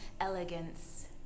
elegance